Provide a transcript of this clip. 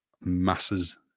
masses